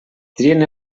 trien